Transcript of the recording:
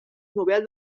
nobel